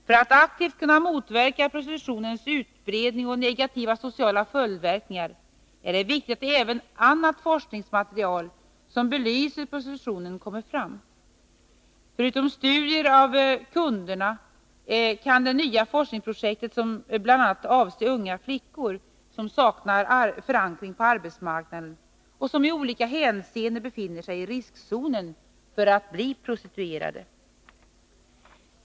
För att aktivt kunna motverka prostitutionens utbredning och negativa sociala följdverkningar är det viktigt att även annat forskningsmaterial som belyser prostitutionen kommer fram. Förutom studier av kunderna kan nya forskningsprojekt bl.a. avse unga flickor som saknar förankring på arbetsmarknad och som, när det gäller prostitution, i olika hänseenden befinner sig i riskzonen.